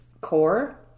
core